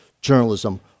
journalism